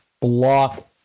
block